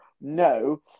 no